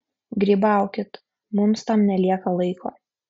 grybaukit mums tam nelieka laiko